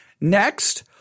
Next